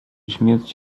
śmierć